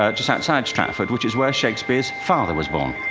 ah just outside stratford, which is where shakespeare's father was born.